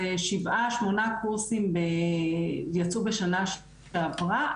כי זה שבעה-שמונה קורסים יצאו בשנה שעברה,